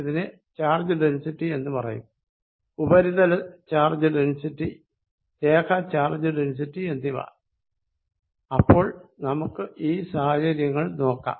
ഇതിനെ charge density എന്ന് പറയുംഉപരിതല ചാർജ് ഡെൻസിറ്റി രേഖ ചാർജ് ഡെൻസിറ്റി എന്നിവ അപ്പോൾ നമുക്ക് ഈ സാഹചര്യങ്ങൾ നോക്കാം